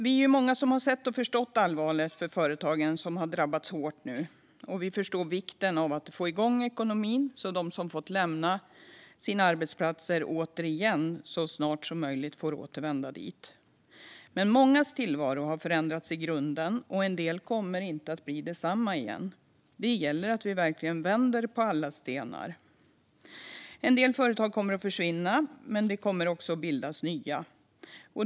Vi är många som har sett och förstått allvaret för företagen, som har drabbats hårt, och vi förstår vikten av att få igång ekonomin så att de som har fått lämna sina arbetsplatser får återvända dit så snart som möjligt. Men mångas tillvaro har förändrats i grunden, och en del kommer inte att bli desamma igen. Det gäller att vi verkligen vänder på alla stenar. En del företag kommer att försvinna, men det kommer också att bildas nya.